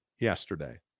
yesterday